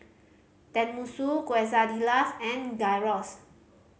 Tenmusu Quesadillas and Gyros